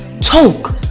Talk